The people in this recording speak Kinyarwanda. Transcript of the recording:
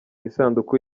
isanduku